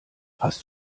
hast